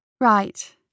Right